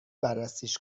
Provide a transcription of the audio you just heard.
بررسیش